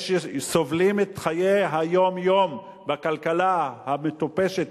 שסובלים את חיי היום-יום בכלכלה המטופשת,